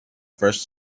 first